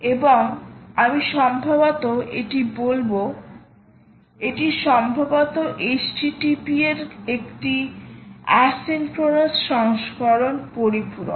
এবং আমি সম্ভবত এটি বলব এটি সম্ভবত http এর একটি অ্যাসিক্রোনাস সংস্করণ পরিপূরক